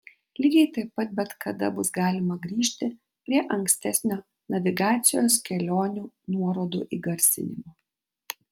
lygiai taip pat bet kada bus galima grįžti prie ankstesnio navigacijos kelionių nuorodų įgarsinimo